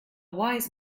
wise